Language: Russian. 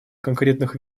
конкретных